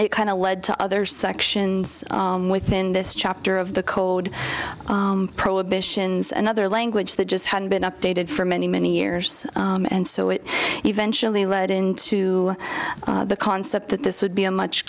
it kind of led to other sections within this chapter of the code prohibitions and other language that just hadn't been updated for many many years and so it eventually led into the concept that this would be a much